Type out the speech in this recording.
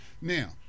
Now